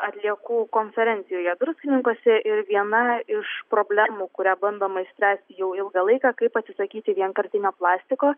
atliekų konferencijoje druskininkuose viena iš problemų kurią bandoma išspręsti jau ilgą laiką kaip atsisakyti vienkartinio plastiko